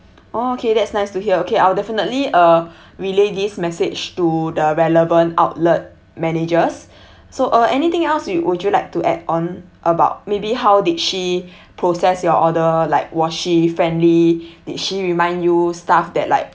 oh okay that's nice to hear okay I'll definitely uh relay this message to the relevant outlet managers so uh anything else you would you like to add on about maybe how did she process your order like was she friendly did she remind you stuff that like